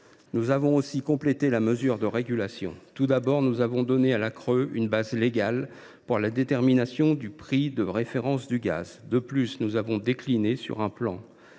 Nous avons également complété les mesures de régulation. Tout d’abord, nous avons donné à la CRE une base légale pour la détermination du prix de référence du gaz. En outre, nous avons décliné sur un plan